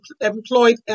employed